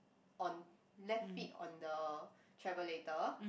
on left feet on the travelator